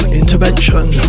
intervention